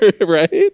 right